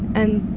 and